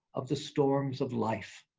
of the storms of life.